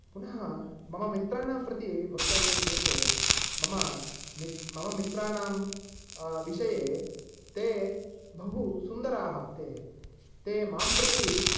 पुनः मम मित्राणां प्रति वक्तव्यं चेत् मम मि मित्राणां विषये ते बहु सुन्दराः ते ते मां प्रति